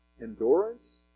endurance